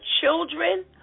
children